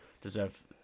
deserve